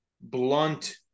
blunt